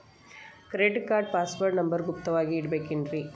credit card password number ಗುಪ್ತ ವಾಗಿ ಇಟ್ಟಿರ್ಬೇಕ